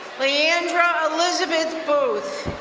leandra elizabeth booth.